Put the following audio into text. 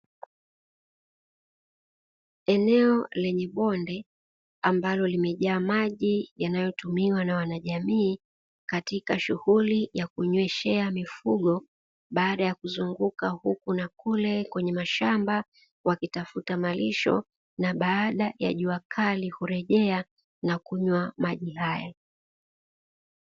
Eneo lenye bonde ambalo limejaa maji yanayotumiwa na wanajamii katika shughuli ya kunyweshea mifugo baada ya kuzunguka huku na kule, kwenye mashamba wakitafuta malisho na baada ya jua kali hurejea na kunywa maji haya.